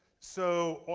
so,